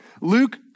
Luke